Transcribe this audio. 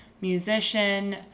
musician